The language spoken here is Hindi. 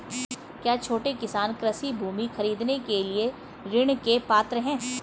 क्या छोटे किसान कृषि भूमि खरीदने के लिए ऋण के पात्र हैं?